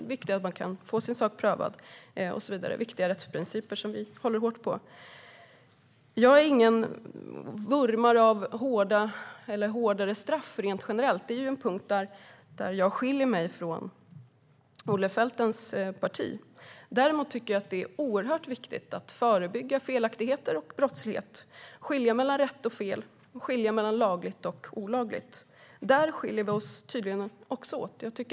Det är viktigt att man kan få sin sak prövad. Det är viktiga rättsprinciper som vi socialdemokrater håller hårt på. Jag är ingen vurmare av hårdare straff rent generellt. Det är en punkt där jag skiljer mig från Olle Feltens parti. Däremot är det oerhört viktigt att förebygga felaktigheter och brottslighet, att skilja mellan rätt och fel samt skilja mellan lagligt och olagligt. Där skiljer vi oss åt.